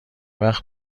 وقت